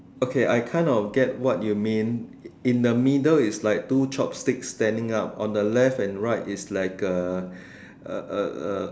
okay I kind of get what you mean in the middle it's like two chopsticks standing up on the left and right it's like a a a a a